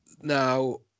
now